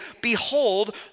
Behold